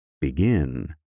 begin